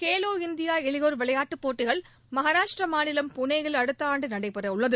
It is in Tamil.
கேலோ இந்தியா இளையோர் விளையாட்டுப் போட்டிகள் மகாராஷ்டிர மாநிலம் புனேயில் அடுத்த ஆண்டு நடைபெற உள்ளது